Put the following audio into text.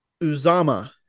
Uzama